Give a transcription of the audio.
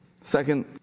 Second